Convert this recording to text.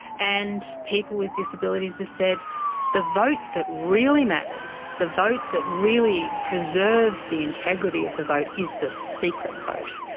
and people with disabilities have said the vote that really matters, the vote that really preserves the integrity of the vote, is the secret vote.